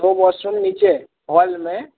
दो वासरूम नीचे हैं हॉल में